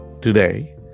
today